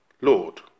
lord